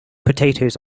potatoes